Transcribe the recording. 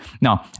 Now